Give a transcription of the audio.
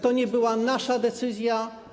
To nie była nasza decyzja.